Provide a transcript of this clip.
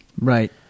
Right